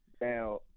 Now